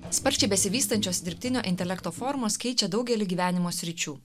sparčiai besivystančios dirbtinio intelekto formos keičia daugelį gyvenimo sričių